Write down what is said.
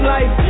Life